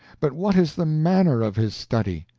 but what is the manner of his study?